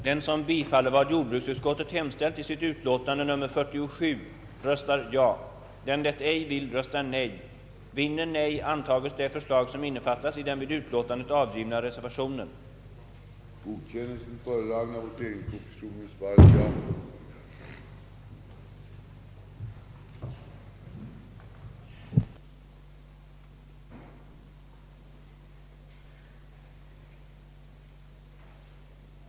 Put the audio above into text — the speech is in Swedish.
Herr talman! Jag kan fatta mig ganska kort. Med hänsyn till det beslut som vi redan har fattat beträffande jordbruksutskottets utlåtande nr 45, som delvis sammanfaller med denna fråga, kan man väl inte behöva anföra några andra skäl än vad som står i det utlåtandet. Dessutom har utskottet utförligt talat om att det pågår utredning på detta område genom de grupper som är tillsatta. Då de berörda frågorna redan är uppmärksammade får vi väl i vanlig ordning avvakta vad de kan komma till. Som här redan har sagts fattade riksdagen 1967 beslut om den framtida jordbrukspolitiken.